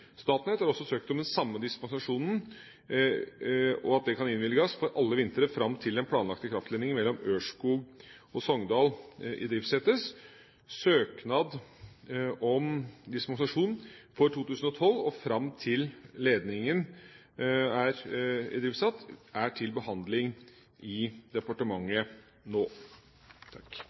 Statnett har også søkt om at samme dispensasjon innvilges for alle vintre fram til den planlagte kraftledningen mellom Ørskog og Sogndal idriftsettes. Søknad om dispensasjon for 2012 og fram til ledningen er idriftsatt er til behandling i departementet nå.